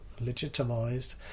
legitimized